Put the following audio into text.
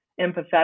empathetic